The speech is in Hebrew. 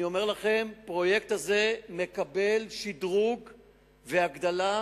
אני אומר לכם: הפרויקט הזה מקבל שדרוג והגדלה.